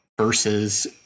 versus